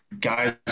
guys